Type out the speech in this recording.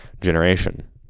generation